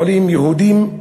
עולים יהודים,